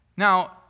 Now